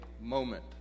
moment